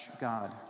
God